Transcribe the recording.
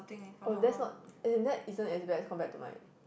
oh that's not as in that isn't as bad as compared to mine